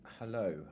hello